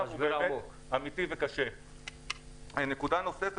יש לו הרבה עסקים קטנים סביבו ודחפה לענף